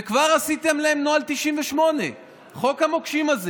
וכבר עשיתם להם נוהל 98. חוק המוקשים הזה